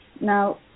Now